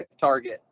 target